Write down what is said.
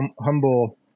humble